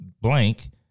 blank